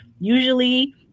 Usually